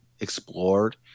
explored